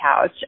couch